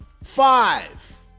Five